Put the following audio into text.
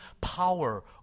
power